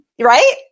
right